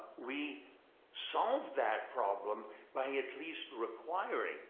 we solved that problem by at least requiring